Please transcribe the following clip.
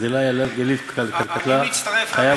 ודילא יליף קטלא חייב,